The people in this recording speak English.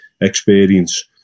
experience